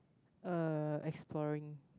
uh exploring